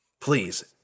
Please